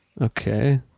Okay